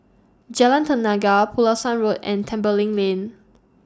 Jalan Tenaga Pulasan Road and Tembeling Lane